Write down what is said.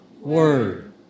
Word